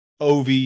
ov